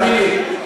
תאמין לי,